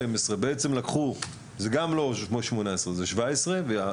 שלפניה היה 12,000. זה למעשה 17,000 יחידות דיור,